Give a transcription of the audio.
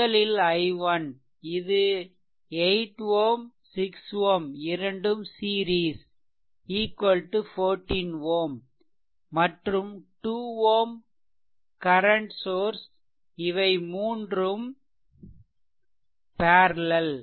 முதலில் i1 இது 8 Ω 6 Ω இரண்டும் சீரீஸ் 14 Ω மற்றும் 2 Ω கர்ன்ட் சோர்ஸ் இவை மூன்றும் பேரலெல்